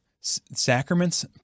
sacraments